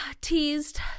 teased